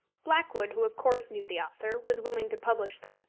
blackwood, who of course knew the author, was willing to publish them,